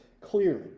clearly